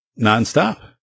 nonstop